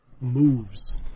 moves